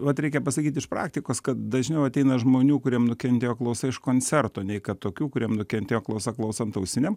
vat reikia pasakyt iš praktikos kad dažniau ateina žmonių kuriem nukentėjo klausa iš koncerto nei kad tokių kuriem nukentėjo klausa klausant ausinėm